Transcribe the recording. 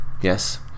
yes